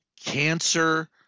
cancer